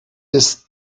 ist